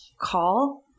call